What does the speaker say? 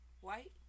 White